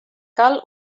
cal